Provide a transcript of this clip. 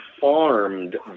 farmed